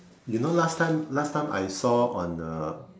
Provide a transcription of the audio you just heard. you know last time last time I saw on the